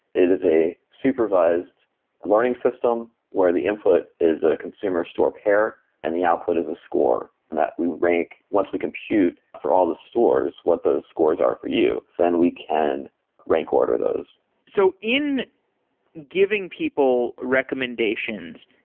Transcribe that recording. it is a supervised learning system where the input is a consumer store pair and the output is a score, and that we rank once we compute for all the stores what those scores are for you, then we can rank order those so in giving people recommendations,